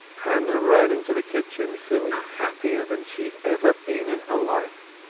hannah ran into the kitchen feeling happier than she had ever been in her life.